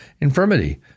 infirmity